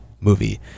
movie